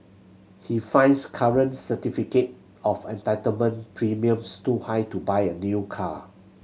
he finds current certificate of entitlement premiums too high to buy a new car